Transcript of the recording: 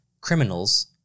criminals